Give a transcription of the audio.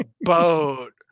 boat